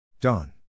Dawn